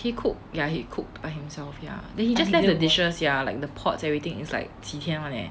he cooked ya cooked by himself ya then he just let the dishes ya like the pots everything is like 几天了 leh